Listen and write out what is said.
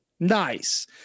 nice